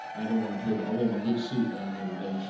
i don't want to put it i wore my good suit down here today,